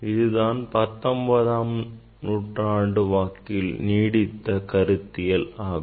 இதுதான் 19ஆம் நூற்றாண்டு வாக்கில் நீடித்த கருத்தியல் ஆகும்